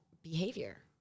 behavior